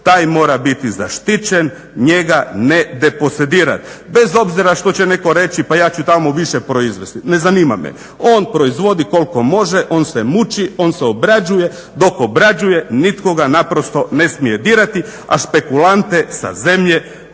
taj mora biti zaštićen, njega ne deposedirat. Bez obzira što će neko reći pa ja ću tamo više proizvesti, ne zanima me. On proizvodi koliko može, on se muči, on se obrađuje, dok obrađuje nitko ga naprosto ne smije dirati, a špekulante sa zemlje